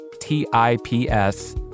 T-I-P-S